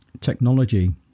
technology